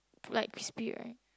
like spear right